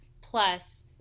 Plus